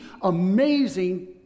amazing